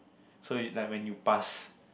so you like when you pass